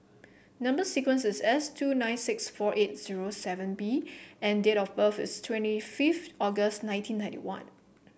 number sequence is S two nine six four eight zero seven B and date of birth is twenty fifth August nineteen ninety one